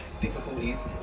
difficulties